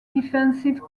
defensive